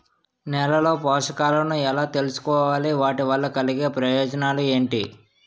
నేలలో పోషకాలను ఎలా తెలుసుకోవాలి? వాటి వల్ల కలిగే ప్రయోజనాలు ఏంటి?